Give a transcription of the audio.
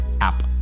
app